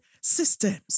systems